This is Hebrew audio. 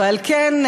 ועל כן,